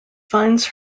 finds